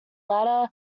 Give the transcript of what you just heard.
latter